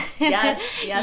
Yes